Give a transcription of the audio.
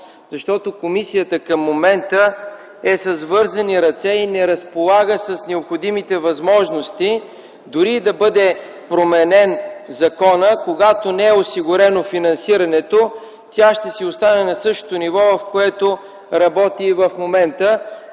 Защото комисията в момента е с вързани ръце и не разполага с необходимите възможности. Дори законът да бъде променен, когато не е осигурено финансирането, тя ще си остане на същото ниво, в което работи и в момента.